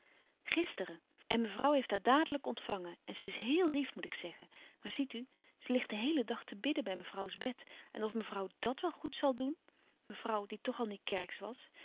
gisteren en mevrouw heeft haar dadelijk ontvangen en ze is héél lief moet ik zeggen maar ziet u ze ligt den heelen dag te bidden bij mevrouws bed en of mevrouw dàt wel goed zal doen mevrouw die toch al niet kerksch was